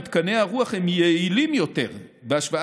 מתקני הרוח הם יעילים יותר בהשוואה